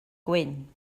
gwyn